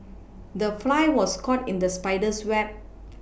the fly was caught in the spider's web